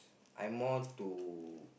I'm more to